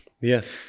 yes